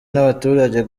n’abaturage